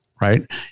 right